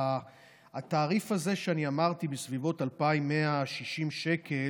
התעריף הזה שאמרתי, בסביבות 2,160 שקלים,